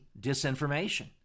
disinformation